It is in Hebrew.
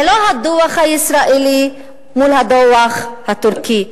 זה לא הדוח הישראלי מול הדוח הטורקי.